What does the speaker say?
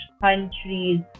countries